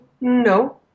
No